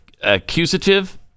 accusative